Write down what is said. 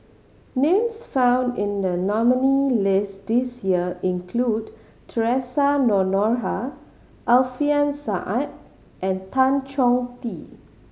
names found in the nominee list this year include Theresa Noronha Alfian Sa'at and Tan Chong Tee